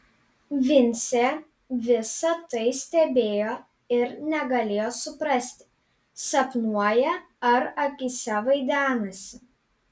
vincė visa tai stebėjo ir negalėjo suprasti sapnuoja ar akyse vaidenasi